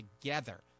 together